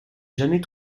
jamais